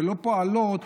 ולא פועלות,